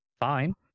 fine